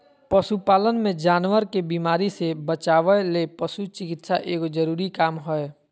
पशु पालन मे जानवर के बीमारी से बचावय ले पशु चिकित्सा एगो जरूरी काम हय